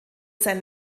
sein